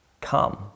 Come